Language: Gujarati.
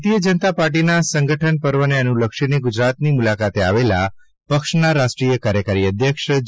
ભારતીય જનતા પાર્ટીના સંગઠન પર્વને અનુલક્ષીને ગુજરાતની મુલાકાતે આવેલા પક્ષના રાષ્ટ્રીય કાર્યકારી અધ્યક્ષ શ્રી જે